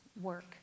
work